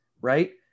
right